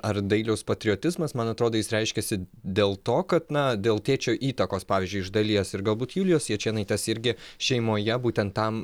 ar dailiaus patriotizmas man atrodo jis reiškėsi dėl to kad na dėl tėčio įtakos pavyzdžiui iš dalies ir galbūt julijos jačėnaitės irgi šeimoje būtent tam